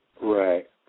Right